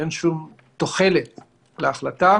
אין שום תוחלת להחלטה